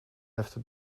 efter